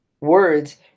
words